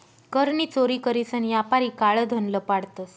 कर नी चोरी करीसन यापारी काळं धन लपाडतंस